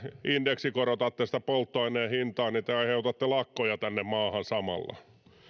indeksikorotatte sitä polttoaineen hintaa niin te aiheutatte lakkoja tänne maahan samalla